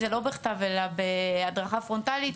אם זה לא בכתב אלא בהדרכה פרונטלית,